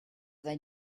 they